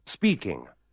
Speaking